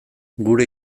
gure